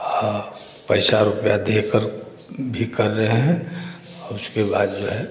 हाँ पैसा रुपया देकर भी कर रहे हैं और उसके बाद जो है